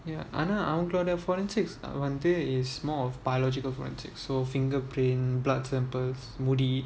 ya ஆனா அவங்களோட:aana avangaloda forensics வந்து:vanthu is more of biological forensics so fingerprint blood samples mudi